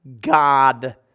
God